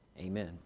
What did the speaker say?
Amen